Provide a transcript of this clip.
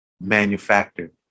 manufactured